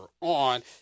on